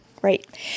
Great